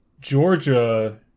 Georgia